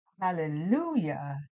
Hallelujah